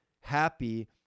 happy